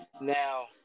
Now